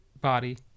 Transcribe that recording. body